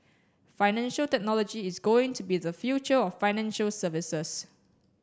financial technology is going to be the future of financial services